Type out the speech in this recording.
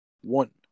One